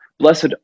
Blessed